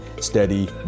steady